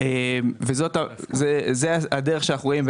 זו הדרך שאנחנו רואים,